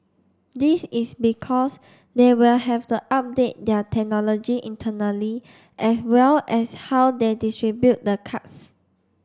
this is because they will have to update their technology internally as well as how they distribute the cards